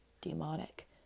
demonic